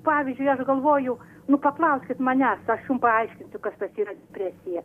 pavyzdžiui aš galvoju nu paklauskit manęs aš jum paaiškinsiu kas tas yra depresija